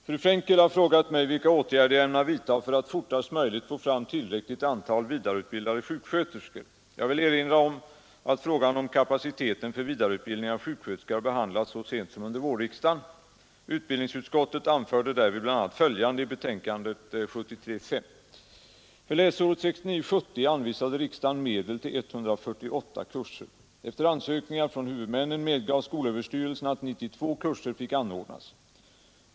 Herr talman! Fru Frenkel har frågat mig vilka åtgärder jag ämnar vidta för att fortast möjligt få fram tillräckligt antal vidareutbildade sjuksköterskor. Jag vill erinra om att frågan om kapaciteten för vidareutbildningen av sjuksköterskor har behandlats så sent som under vårriksdagen. Utbildningsutskottet anförde därvid bl.a. följande i betänkandet 1973:5: ”För läsåret 1969/70 anvisade riksdagen medel till 148 kurser. Efter ansökningar från huvudmännen medgav skolöverstyrelsen att 92 kurser fick anordnas.